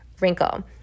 wrinkle